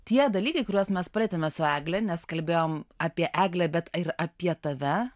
tie dalykai kuriuos mes palietėme su egle nes kalbėjom apie eglę bet ir apie tave